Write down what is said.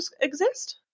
exist